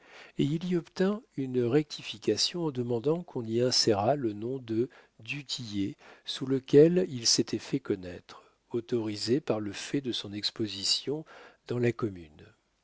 et il y obtint une rectification en demandant qu'on y insérât le nom de du tillet sous lequel il s'était fait connaître autorisé par le fait de son exposition dans la commune